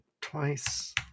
twice